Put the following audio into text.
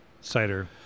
cider